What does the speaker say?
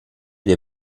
dei